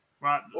Right